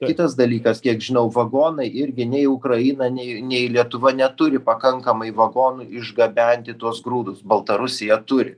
į kitas dalykas kiek žinau vagonai irgi nei ukraina nei nei lietuva neturi pakankamai vagonų išgabenti tuos grūdus baltarusija turi